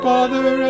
Father